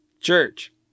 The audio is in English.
church